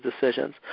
decisions